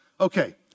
Okay